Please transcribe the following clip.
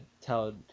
tell